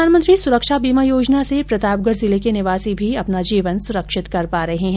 प्रधानमंत्री सुरक्षा बीमा योजना से प्रतापगढ़ जिले के निवासी भी अपना जीवन सुरक्षित कर पा रहे है